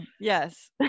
Yes